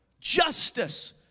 justice